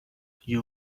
you